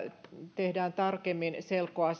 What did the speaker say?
tehdään tarkemmin selkoa